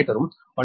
2 KV